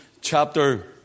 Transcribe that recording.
chapter